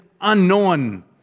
unknown